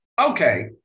Okay